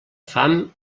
fam